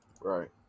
Right